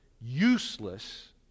useless